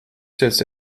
sits